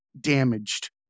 damaged